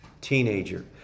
teenager